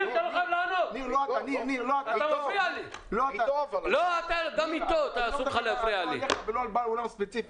ניר, לא אתה, אני לא מדבר על בעל אולם ספציפי.